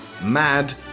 Mad